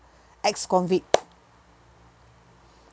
ex-convict